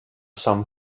some